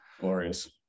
glorious